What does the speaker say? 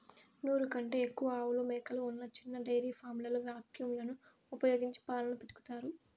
నూరు కంటే ఎక్కువ ఆవులు, మేకలు ఉన్న చిన్న డెయిరీ ఫామ్లలో వాక్యూమ్ లను ఉపయోగించి పాలను పితుకుతారు